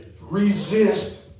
Resist